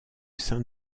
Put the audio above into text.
sein